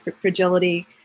Fragility